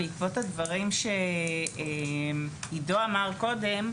בעקבות הדברים שאמר עידו קודם,